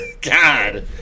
God